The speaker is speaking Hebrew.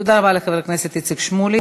תודה רבה לחבר הכנסת איציק שמולי.